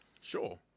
Sure